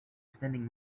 sending